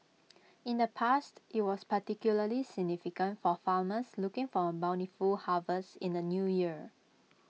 in the past IT was particularly significant for farmers looking for A bountiful harvest in the New Year